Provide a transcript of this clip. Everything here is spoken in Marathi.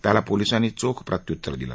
त्याला पोलिसांनी चोख प्रत्य्तर दिलं